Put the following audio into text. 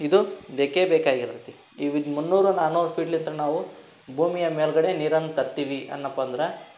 ಇದು ಬೇಕೇ ಬೇಕಾಗಿರ್ತೈತಿ ಇವಿದು ಮುನ್ನೂರು ನಾನೂರು ಫೀಟ್ಲಿಂದ ನಾವು ಭೂಮಿಯ ಮೇಲುಗಡೆ ನೀರನ್ನು ತರ್ತೀವಿ ಅಂದನಪ್ಪ ಅಂದ್ರೆ